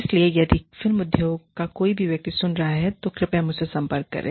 इसलिए यदि फिल्म उद्योग का कोई भी व्यक्ति सुन रहा है तो कृपया मुझसे संपर्क करें